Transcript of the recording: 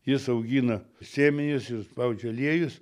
jis augina sėmenis ir spaudžia aliejus